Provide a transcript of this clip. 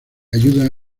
ayuda